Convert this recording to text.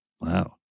Wow